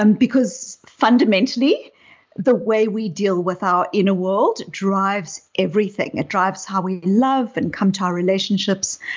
and because fundamentally the way we deal with our inner world drives everything. it drives how we love and come to our relationships,